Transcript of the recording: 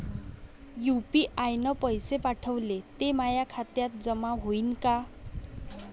UPI न पैसे पाठवले, ते माया खात्यात जमा होईन का?